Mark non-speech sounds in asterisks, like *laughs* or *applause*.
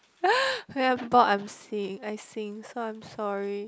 *laughs* oh ya I sing I sing so I'm sorry